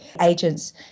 agents